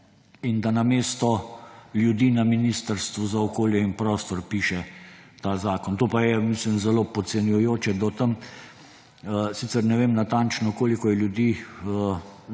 in da namesto ljudi na Ministrstvu za okolje in prostor piše ta zakon. To pa je, mislim, zelo podcenjujoče. Sicer ne vem natančno, koliko je ljudi